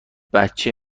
بچه